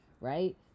right